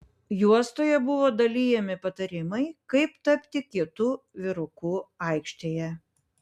juostoje buvo dalijami patarimai kaip tapti kietu vyruku aikštėje